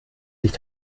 sich